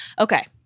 Okay